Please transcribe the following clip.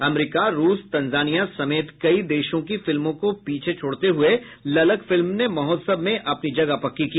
अमरीका रूस तंजानिया समेत कई देशों की फिल्मों को पीछे छोड़ते हुये ललक फिल्म ने महोत्सव में अपनी जगह पक्की की